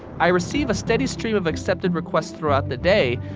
i receive a steady stream of accepted requests throughout the day,